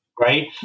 right